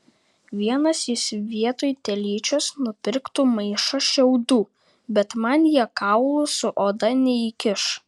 vienas jis vietoj telyčios nupirktų maišą šiaudų bet man jie kaulų su oda neįkiš